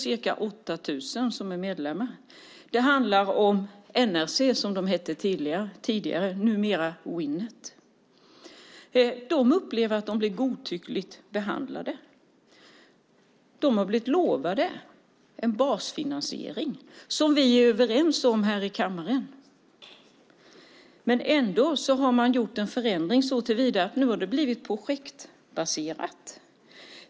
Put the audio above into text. Winnet, som tidigare hette NRC, har ca 8 000 medlemmar. De upplever att de blir godtyckligt behandlade. De har blivit lovade en basfinansiering som vi här i kammaren är överens om. Men man har ändå gjort en förändring som innebär att det har blivit projektbaserat.